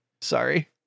Sorry